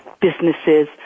businesses